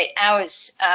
hours